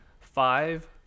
five